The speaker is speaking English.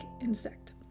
insect